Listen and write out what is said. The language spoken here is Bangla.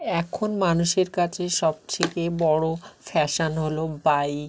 এখন মানুষের কাছে সবথেকে বড় ফ্যাশন হলো বাইক